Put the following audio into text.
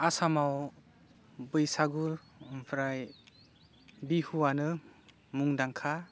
आसामाव बैसागु आमफ्राइ बिहुआनो मुंदांखा